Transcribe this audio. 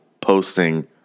posting